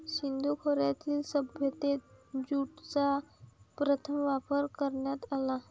सिंधू खोऱ्यातील सभ्यतेत ज्यूटचा प्रथम वापर करण्यात आला